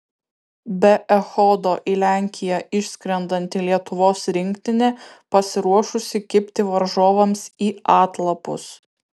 be echodo į lenkiją išskrendanti lietuvos rinktinė pasiruošusi kibti varžovams į atlapus